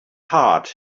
heart